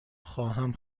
خواهم